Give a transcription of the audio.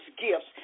gifts